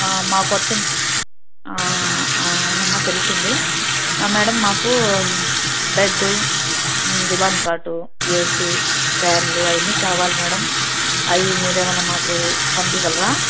మా కొత్తింటి అవునమ్మా తెలిసింది మేడం మాకు బెడ్డు దివాన్ కాటు ఏసి ఫ్యాన్లు అవన్నీ కావాలి మేడం అవి మీరేమైనా మన్నా మాకు పంపించగలరా